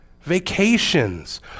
vacations